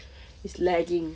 it's lagging